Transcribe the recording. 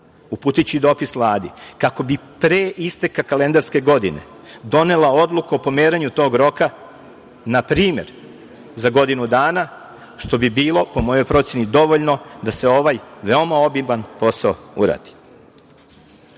uputiću i dopis Vladi, kako bi pre isteka kalendarske godine donela odluku o pomeranju tog roka, npr. za godinu dana, što bi bilo po mojoj proceni dovoljno da se ovaj veoma obiman posao uradi.